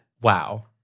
Wow